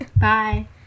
Bye